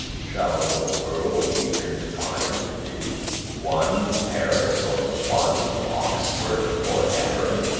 shall the world be confined to one paris or one oxford forever?